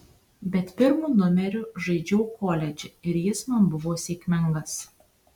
bet pirmu numeriu žaidžiau koledže ir jis man buvo sėkmingas